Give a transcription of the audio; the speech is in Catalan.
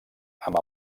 amb